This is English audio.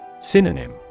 Synonym